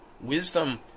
Wisdom